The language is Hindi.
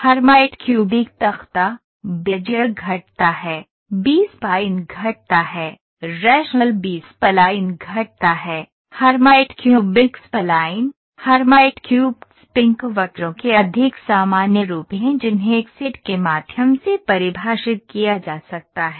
हर्माइट क्यूबिक स्पाइन बेजियर वक्र है बी स्पाइन वक्र है रेशनल बी स्पलाइन वक्र Hermite cubic spline Hermite cube spline वक्रों के अधिक सामान्य रूप हैं जिन्हें एक सेट के माध्यम से परिभाषित किया जा सकता है